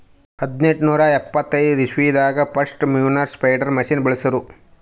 ಹದ್ನೆಂಟನೂರಾ ಎಪ್ಪತೈದ್ ಇಸ್ವಿದಾಗ್ ಫಸ್ಟ್ ಮ್ಯಾನ್ಯೂರ್ ಸ್ಪ್ರೆಡರ್ ಮಷಿನ್ ಬಳ್ಸಿರು